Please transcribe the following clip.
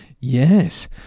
Yes